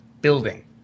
building